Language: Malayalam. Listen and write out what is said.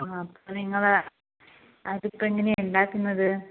ആ അപ്പോൾ നിങ്ങൾ അതിപ്പോൾ എങ്ങനെയാണ് ഉണ്ടാക്കുന്നത്